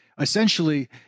essentially